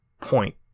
point